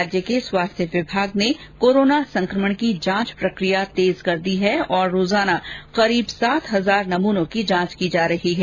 राज्य के स्वास्थ्य विभाग ने कोरोना संकमण की जांच प्रकिया तेज कर दी है और प्रतिदिन लगभग सात हजार नमूनों की जांच की जा रही है